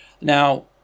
Now